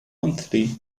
monthly